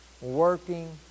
working